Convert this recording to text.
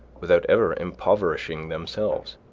without ever impoverishing themselves,